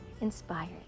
inspired